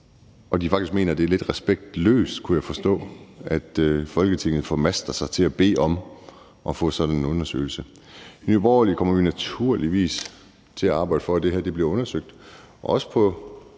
at den faktisk mener, at det er lidt respektløst, kunne jeg forstå, at Folketinget formaster sig til at bede om at få sådan en undersøgelse. I Nye Borgerlige kommer vi naturligvis til at arbejde for, at det her bliver undersøgt,